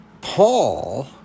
Paul